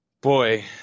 Boy